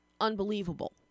unbelievable